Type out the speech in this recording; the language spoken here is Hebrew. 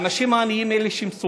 האנשים העניים הם אלה שסובלים.